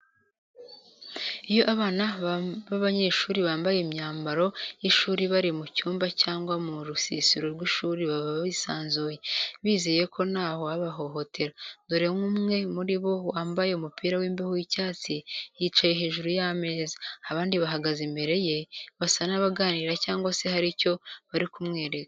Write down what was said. Iyo abana bab'abanyeshuri bambaye imyambaro y’ishuri bari mu cyumba cyangwa mu rusisiro rw’ishuri baba bisanzuye, bizeye ko nta wabahohotera, dore nk'umwe muri bo wambaye umupira w'imbeho w'icyatsi yicaye hejuru y'ameza, abandi bahagaze imbere ye, basa n’abaganira cyangwa se hari icyo bari kumwereka.